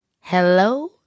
Hello